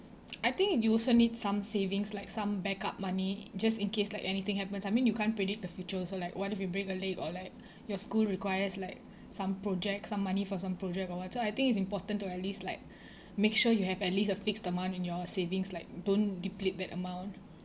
I think you also need some savings like some backup money just in case like anything happens I mean you can't predict the future also like what if you break a leg or like your school requires like some project some money for some project or what so I think it's important to at least like make sure you have at least a fixed amount in your savings like don't deplete that amount